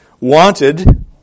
wanted